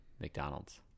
mcdonald's